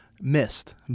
missed